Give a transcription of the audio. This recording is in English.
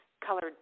colored